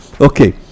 Okay